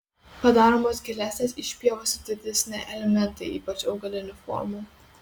padaromos gilesnės išpjovos ir didesni elementai ypač augalinių formų